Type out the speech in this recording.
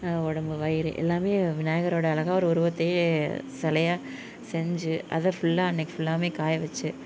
உடம்பு வயிறு எல்லாம் விநாயகரோடய அழகா ஒரு உருவத்தையே சிலையா செஞ்சி அதை ஃபுல்லாக அன்றைக்கு ஃபுல்லாவே காய வச்சு